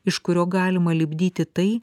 iš kurio galima lipdyti tai